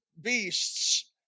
beasts